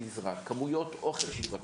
כמויות אוכל שנזרקות,